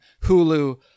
Hulu